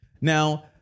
Now